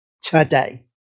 today